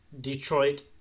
Detroit